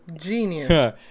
Genius